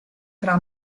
tra